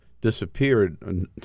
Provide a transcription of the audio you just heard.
disappeared